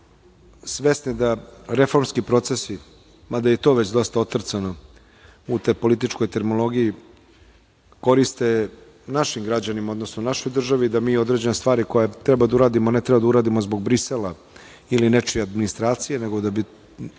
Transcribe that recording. Srbije, svesni da reformski procesi, mada i to je već dosta otrcano u toj političkoj terminologiji, koriste našim građanima, odnosno našoj državi, da mi određene stvari koje treba da uradimo ne treba da uradimo zbog Brisela ili nečije administracije, nego da je